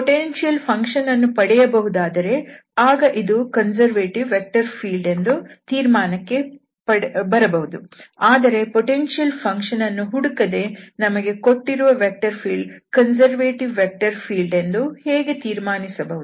potential function ಅನ್ನು ಪಡೆಯಬಹುದಾದರೆ ಆಗ ಇದು ಕನ್ಸರ್ವೇಟಿವ್ ಫೀಲ್ಡ್ ಎಂದು ತೀರ್ಮಾನಕ್ಕೆ ಬರಬಹುದು ಆದರೆ ಪೊಟೆನ್ಶಿಯಲ್ ಫಂಕ್ಷನ್ ಅನ್ನು ಹುಡುಕದೆ ನಮಗೆ ಕೊಟ್ಟಿರುವ vector field conservative vector field ಎಂದು ಹೇಗೆ ತೀರ್ಮಾನಿಸಬಹುದು